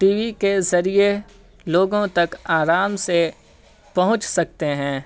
T V کے ذریعے لوگوں تک آرام سے پہنچ سکتے ہیں